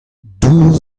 dour